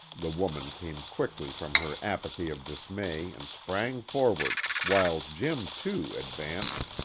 the woman came quickly from her apathy of dismay and sprang forward, while jim, too, advanced,